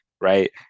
right